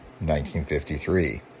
1953